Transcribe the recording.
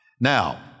Now